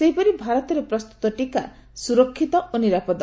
ସେହିପରି ଭାରତରେ ପ୍ରସ୍ତୁତ ଟିକା ସ୍ବରକ୍ଷିତ ଓ ନିରାପଦ